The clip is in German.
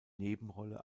nebenrolle